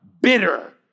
bitter